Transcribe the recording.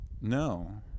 No